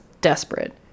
desperate